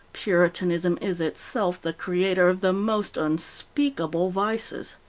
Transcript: puritanism is itself the creator of the most unspeakable vices.